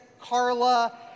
Carla